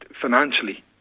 financially